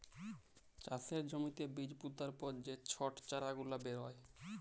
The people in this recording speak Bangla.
চাষের জ্যমিতে বীজ পুতার পর যে ছট চারা গুলা বেরয়